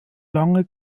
lange